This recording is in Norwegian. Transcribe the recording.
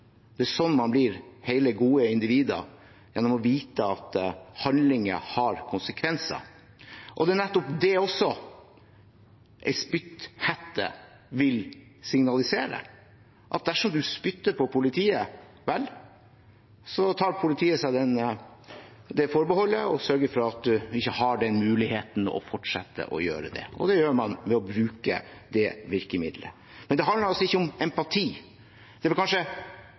Det er sånn man blir hele, gode individer – gjennom å vite at handlinger har konsekvenser. Og det er nettopp det også en spytthette vil signalisere: Dersom du spytter på politiet, tar politiet seg det forbeholdet å sørge for at du ikke har mulighet til å fortsette å gjøre det, og det gjør man ved å bruke det virkemiddelet. Men det handler altså ikke om empati. Det